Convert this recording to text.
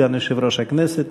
סגן יושב-ראש הכנסת,